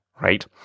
right